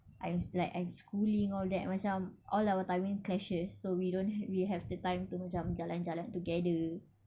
I'm like I'm schooling all that macam all our timing clashes so we don't we have the time to macam jalan-jalan together